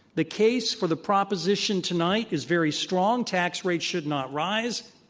the case for the proposition tonight is very strong. tax rates should not rise.